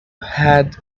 had